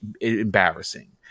embarrassing